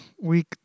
Week